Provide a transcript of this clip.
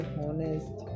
honest